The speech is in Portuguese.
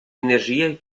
energia